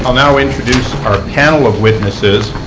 um now introduce our panel of witnesses.